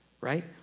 right